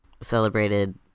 celebrated